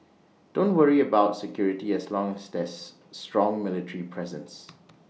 don't worry about security as long as there's strong military presence